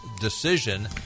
decision